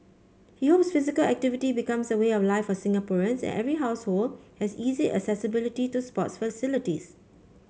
he hopes physical activity becomes a way of life for Singaporeans and every household has easy accessibility to sports facilities